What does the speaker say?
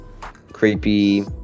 creepy